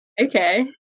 Okay